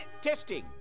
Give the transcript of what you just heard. Testing